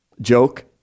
joke